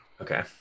okay